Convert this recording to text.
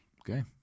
okay